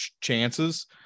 chances